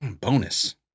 bonus